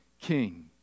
king